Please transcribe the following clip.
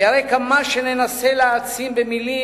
כי הרי כמה שננסה להעצים במלים